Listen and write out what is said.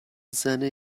زنه